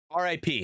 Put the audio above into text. RIP